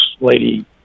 lady